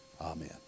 Amen